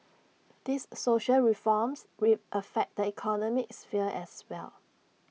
these social reforms affect the economic sphere as well